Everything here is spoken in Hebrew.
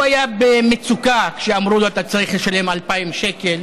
הוא היה במצוקה כשאמרו לו: אתה צריך לשלם 2,000 שקל,